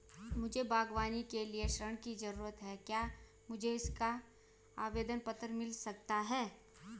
मुझे बागवानी के लिए ऋण की ज़रूरत है क्या मुझे इसका आवेदन पत्र मिल सकता है?